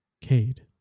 Cade